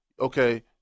okay